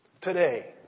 Today